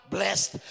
Blessed